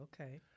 okay